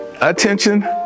Attention